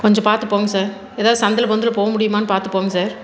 கொஞ்சம் பார்த்து போங்க சார் எதாவது சந்தில் பொந்தில் போகமுடியுமான்னு பார்த்து போங்க சார்